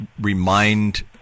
remind